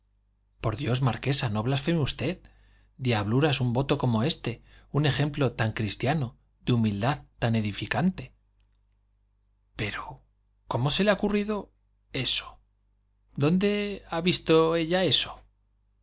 por dios marquesa no blasfeme usted diabluras un voto como este un ejemplo tan cristiano de humildad tan edificante pero cómo se le ha ocurrido eso dónde ha visto ella eso